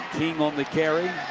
king on the carry.